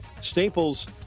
Staples